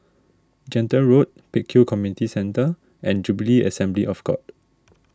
Gentle Road Pek Kio Community Centre and Jubilee Assembly of God